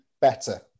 better